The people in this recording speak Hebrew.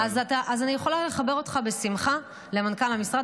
אז אני יכולה לחבר אותך בשמחה למנכ"ל המשרד.